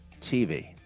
TV